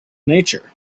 nature